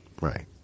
Right